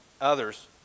others